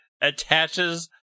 attaches